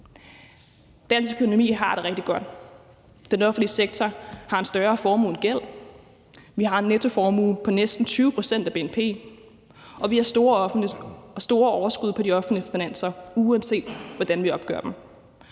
Dansk økonomi har det rigtig godt. Den offentlige sektor har en større formue end gæld. Vi har en nettoformue på næsten 20 pct. af bnp, og vi har store overskud på de offentlige finanser, uanset hvordan vi opgør dem.